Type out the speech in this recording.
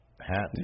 hat